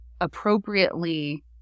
appropriately